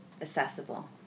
accessible